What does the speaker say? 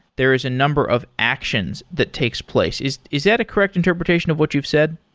there is a number of actions that takes place is is that a correct interpretation of what you've said?